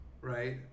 right